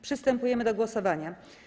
Przystępujemy do głosowania.